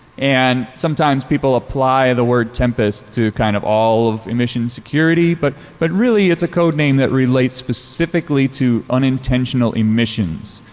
and sometimes people apply the word tempest to kind of all emission security, but but really it's a code name that relates specifically to unintentional emissions.